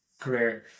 career